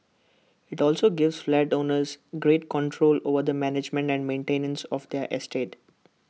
IT also gives flat owners greater control over the management and maintenance of their estate